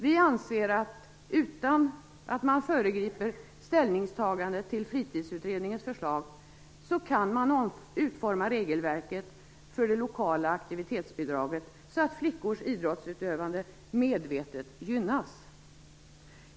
Vi anser att man, utan att föregripa ställningstagandet när det gäller fritidsutredningens förslag, kan utforma regelverket för det lokala aktivitetsbidraget så att man medvetet gynnar flickors idrottsutövande.